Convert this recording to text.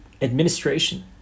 administration